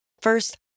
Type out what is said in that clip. First